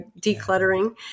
decluttering